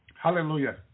Hallelujah